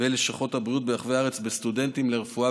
בלשכות הבריאות ברחבי הארץ בסטודנטים לרפואה